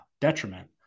detriment